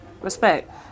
Respect